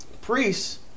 Priests